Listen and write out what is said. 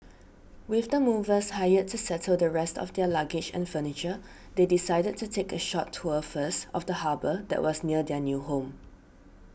with the movers hired to settle the rest of their luggage and furniture they decided to take a short tour first of the harbour that was near their new home